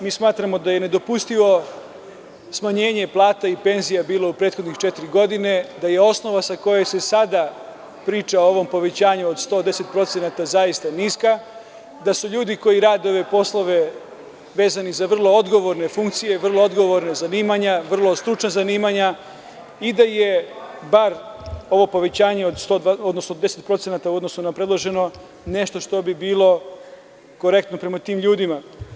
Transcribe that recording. Mi smatramo da je nedopustivo smanjenje plata i penzija bilo u prethodne četiri godine, da je osnova sa koje se sada priča o ovom povećanju od 110% zaista niska, da su ljudi koji rade ove poslove vezani za vrlo odgovorne funkcije, vrlo odgovorna zanimanja, vrlo stručna zanimanja i da je bar ovo povećanje od 10% u odnosu na predloženo nešto što bi bilo korektno prema tim ljudima.